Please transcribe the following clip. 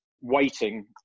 waiting